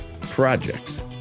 projects